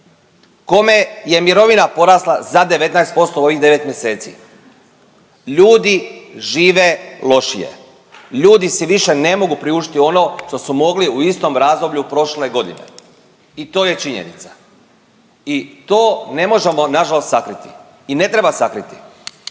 Kome je mirovina porasla za 19% u ovih 9 mjeseci? Ljudi žive lošije, ljudi si više ne mogu priuštiti ono što su mogli u istom razdoblju prošle godine i to je činjenica i to ne možemo nažalost sakriti i ne treba sakriti.